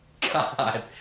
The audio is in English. god